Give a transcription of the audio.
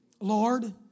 Lord